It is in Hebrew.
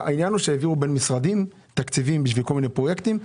העבירו בין משרדים תקציבים בשביל כל מיני פרויקטים.